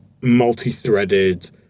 multi-threaded